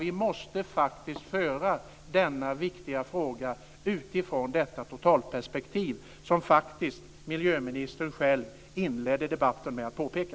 Vi måste föra denna viktiga debatt utifrån detta totalperspektiv, som faktiskt miljöministern själv inledde debatten med att påpeka.